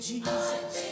Jesus